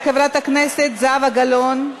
של חברת הכנסת זהבה גלאון,